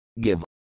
Give